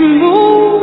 move